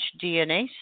DNA